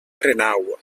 renau